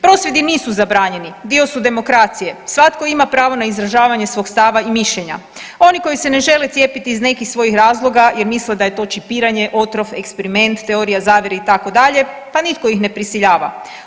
Prosvjedi nisu zabranjeni, dio su demokracije, svatko ima pravo na izražavanje svog stava i mišljenja, oni koji se ne žele cijepiti iz nekih svojih razloga jer misle da je to čipiranje, otrov, eksperiment, teorija zavjere, itd., pa nitko ih ne prisiljava.